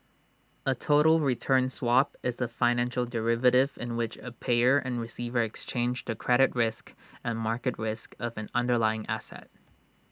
A total return swap is A financial derivative in which A payer and receiver exchange the credit risk and market risk of an underlying asset